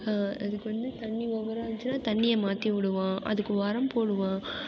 அதுக்கு வந்து தண்ணி ஓவராக இருந்துச்சுனால் தண்ணியை மாற்றி விடுவான் அதுக்கு உரம் போடுவான்